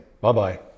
Bye-bye